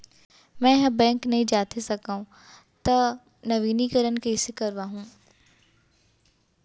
मैं ह बैंक नई जाथे सकंव त नवीनीकरण कइसे करवाहू?